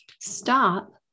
stop